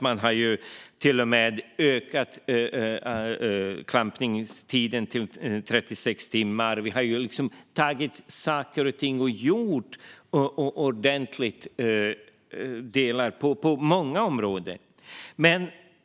Man har till och med ökat klampningstiden till 36 timmar. Vi har tagit saker och ting och gjort något ordentligt, på många områden.